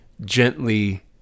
gently